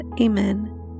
Amen